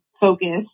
focus